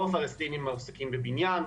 רוב הפלשתינים מועסקים בבניין,